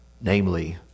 namely